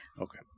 Okay